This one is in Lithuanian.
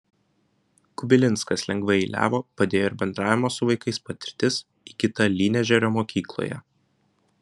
kubilinskas lengvai eiliavo padėjo ir bendravimo su vaikais patirtis įgyta lynežerio mokykloje